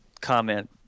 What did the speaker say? comment